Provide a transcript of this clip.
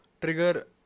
trigger